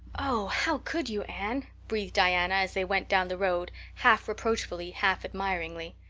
oh how could you, anne? breathed diana as they went down the road half reproachfully, half admiringly.